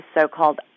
so-called